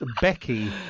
becky